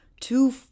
two